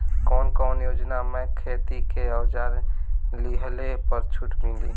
कवन कवन योजना मै खेती के औजार लिहले पर छुट मिली?